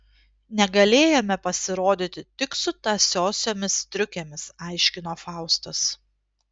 negalėjome pasirodyti tik su tąsiosiomis striukėmis aiškino faustas